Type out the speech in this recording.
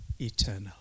eternal